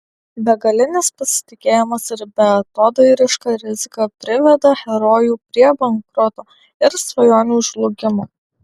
begalinis pasitikėjimas ir beatodairiška rizika priveda herojų prie bankroto ir svajonių žlugimo